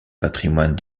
patrimoine